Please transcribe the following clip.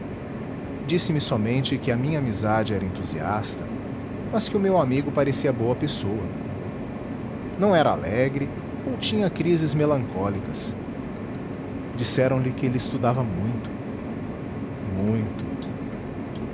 disse-me somente que a minha amizade era entusiasta mas que o meu amigo parecia boa pessoa não era alegre ou tinha crises melancólicas disseram-lhe que ele estudava muito muito